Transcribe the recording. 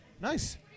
Nice